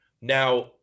Now